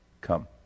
come